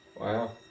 Wow